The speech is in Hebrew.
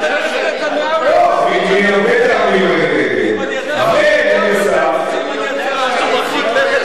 ואם אני אציע משהו מרחיק לכת?